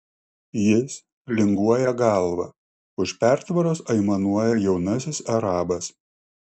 jis linguoja galva už pertvaros aimanuoja jaunasis arabas